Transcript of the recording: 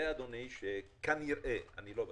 יודע אדוני שכנראה אני לא בטוח,